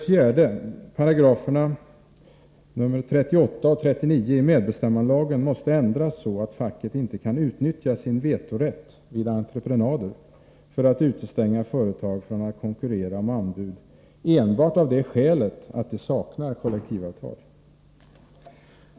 38 och 39 §§ i medbestämmandelagen måste ändras så, att facket inte kan utnyttja sin vetorätt vid entreprenader för att utestänga företag från att konkurrera om anbud enbart av det skälet att de saknar kollektivavtal.